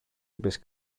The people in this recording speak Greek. είπες